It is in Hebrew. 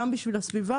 גם בשביל הסביבה,